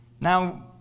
Now